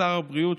לשר הבריאות,